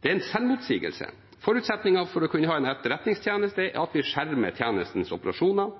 Det er en selvmotsigelse. Forutsetningen for å kunne ha en etterretningstjeneste er at vi skjermer tjenestens operasjoner,